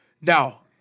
Now